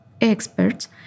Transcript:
experts